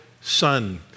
son